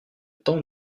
temps